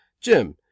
Jim